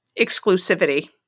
exclusivity